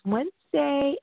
Wednesday